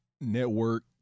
Network